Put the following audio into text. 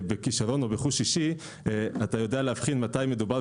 ובחוש שישי ובכישרון אתה יודע להבחין מתי מדובר